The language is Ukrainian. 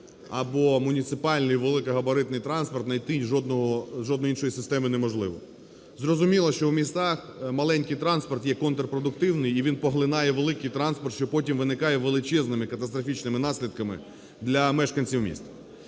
або муніципальний великий габаритний транспорт, знайти жодної іншої системи неможливо. Зрозуміло, що в містах маленький транспорт є контрпродуктивний і він поглинає великий транспорт, що потім виникає величезними катастрофічними наслідками для мешканців міста.